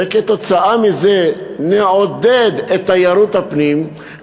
וכתוצאה מזה נעודד את תיירות הפנים,